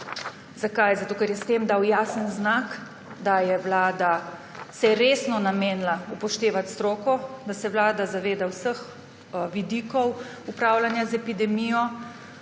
Zakaj? Zato ker je s tem dal jasen znak, da se je Vlada resno namenila upoštevati stroko, da se Vlada zaveda vseh vidikov upravljanja z epidemijo,